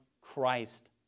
Christ